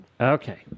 okay